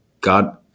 God